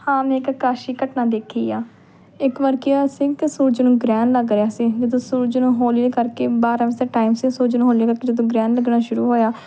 ਹਾਂ ਮੈਂ ਇੱਕ ਅਕਾਸ਼ੀ ਘਟਨਾ ਦੇਖੀ ਆ ਇੱਕ ਵਾਰ ਕੀ ਹੋਇਆ ਸੀ ਕਿ ਸੂਰਜ ਨੂੰ ਗ੍ਰਹਿਣ ਲੱਗ ਰਿਹਾ ਸੀ ਜਦੋਂ ਸੂਰਜ ਨੂੰ ਹੌਲੀ ਕਰਕੇ ਬਾਰ੍ਹਾਂ ਵਜੇ ਦਾ ਟਾਈਮ ਸੀ ਸੂਰਜ ਨੂੰ ਹੌਲੀ ਕਰਕੇ ਜਦੋਂ ਗ੍ਰਹਿਣ ਲੱਗਣਾ ਸ਼ੁਰੂ ਹੋਇਆ